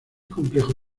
complejo